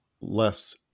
less